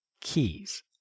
keys